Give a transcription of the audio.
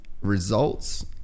results